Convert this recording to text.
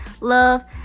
love